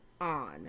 on